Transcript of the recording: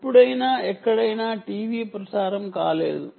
ఎప్పుడైనా ఎక్కడైనా టీవీ ప్రసారం లేదు